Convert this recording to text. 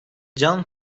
can